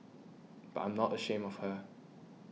but I'm not ashamed of her